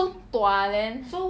he so dua then